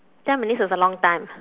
ten minutes is a long time